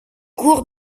cours